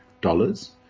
dollars